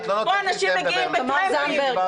פה אנשים מגיעים בטרמפים.